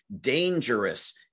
dangerous